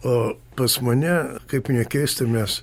o pas mane kaip nekeista mes